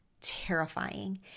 terrifying